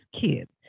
kids